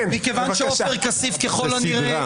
מכיוון שעופר כסיף ככל הנראה,